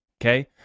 okay